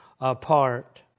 apart